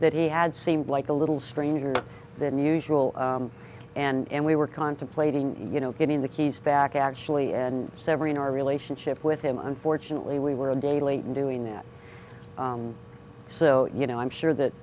that he had seemed like a little stranger than usual and we were contemplating you know getting the keys back actually and severing our relationship with him unfortunately we were a day late in doing that so you know i'm sure that